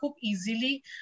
easily